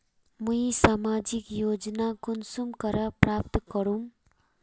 मुई सामाजिक योजना कुंसम करे प्राप्त करूम?